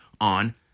on